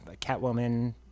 catwoman